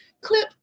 clip